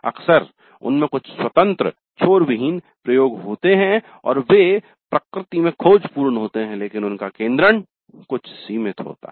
अक्सर उनमे कुछ स्वतंत्र छोर विहीन प्रयोग होते हैं और वे प्रकृति में खोजपूर्ण होते हैं लेकिन उनका केन्द्रण कुछ सीमित होता है